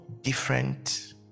different